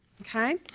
Okay